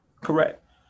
Correct